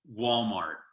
Walmart